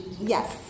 Yes